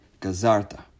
Gazarta